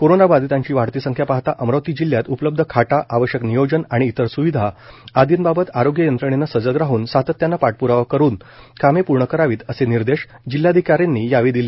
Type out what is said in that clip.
कोरोनाबाधितांची वाढती संख्या पाहता अमरावती जिल्ह्यात उपलब्ध खाटा आवश्यक नियोजन व इतर सुविधा आदींबाबत आरोग्य यंत्रणेने सजग राहन सातत्याने पाठप्रावा करून कामे पूर्ण करावीत असे निर्देश जिल्हाधिका यांनी यावेळी दिले